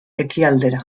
ekialdera